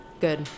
Good